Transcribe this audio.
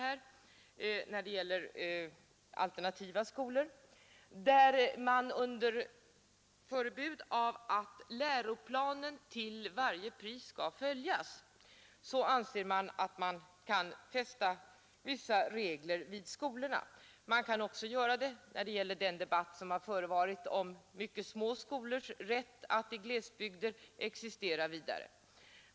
Under åberopande av att läroplanen till varje pris skall följas anser man att man kan testa vissa regler i skolorna. Samma förhållande gäller den debatt som har förevarit om de mycket små skolornas rätt att i glesbygder existera vidare.